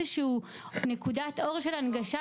באיזה סדר גודל?